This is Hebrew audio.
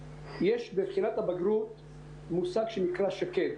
יש בבחינת הבגרות מושג שנקרא שק"ד,